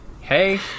Hey